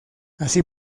así